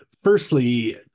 firstly